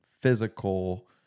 physical